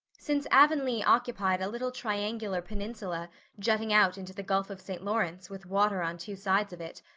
since avonlea occupied a little triangular peninsula jutting out into the gulf of st. lawrence with water on two sides of it,